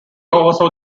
oversaw